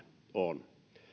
on